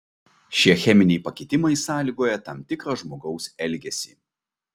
šie cheminiai pakitimai sąlygoja tam tikrą žmogaus elgesį